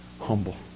humble